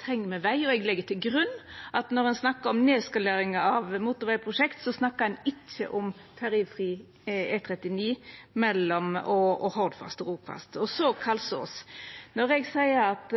treng me veg, og eg legg til grunn at når ein snakkar om nedskalering av motorvegprosjekt, snakkar ein ikkje om ferjefri E39, Hordfast og Rogfast. Så til Kalsås: Når eg seier at